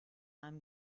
einem